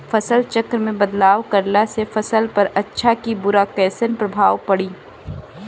फसल चक्र मे बदलाव करला से फसल पर अच्छा की बुरा कैसन प्रभाव पड़ी?